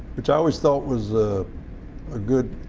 which i always thought was a good